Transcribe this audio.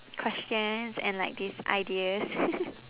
questions and like these ideas